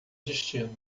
destino